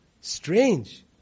Strange